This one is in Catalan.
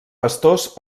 pastors